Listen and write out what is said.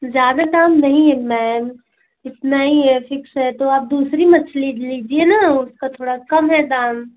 ज़्यादा दाम नहीं है मैम इतना ही है फ़िक्स है तो आप दूसरी मछली लीजिए ना उसका थोड़ा कम है दाम